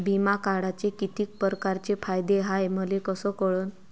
बिमा काढाचे कितीक परकारचे फायदे हाय मले कस कळन?